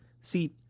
See